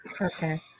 Okay